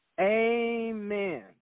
Amen